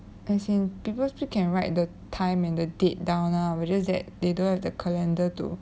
as in people still can write the time and the date down lah but it's just that they don't have the calender too